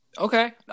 Okay